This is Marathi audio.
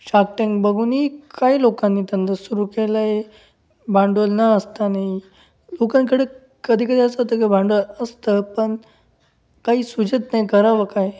शार्क टँक बघूनही काही लोकांनी धंदा सुरू केला आहे भांडवल न असतानाही लोकांकडं कधीकधी असं होतं की भांडवल असतं पण काही सुचत नाही करावं काय